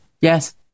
Yes